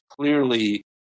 clearly